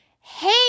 Hey